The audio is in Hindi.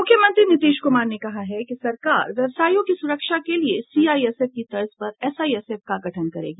मुख्यमंत्री नीतीश कुमार ने कहा है कि सरकार व्यवसायियों की सुरक्षा के लिए सीआईएसएफ की तर्ज पर एसआईएसएफ का गठन करेगी